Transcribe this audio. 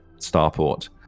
starport